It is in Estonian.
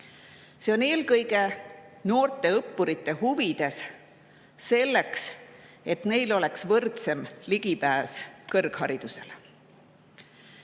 See on eelkõige noorte õppurite huvides, selleks et neil oleks võrdsem ligipääs kõrgharidusele. Üliõpilaste